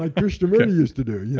like used yeah used to do, yeah